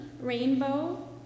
Rainbow